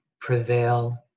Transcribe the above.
prevail